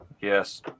Yes